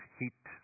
heat